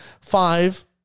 five